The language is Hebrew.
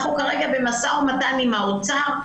אנחנו כרגע במשא ומתן עם האוצר.